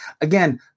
again